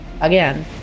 again